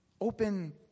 open